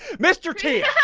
mr thea.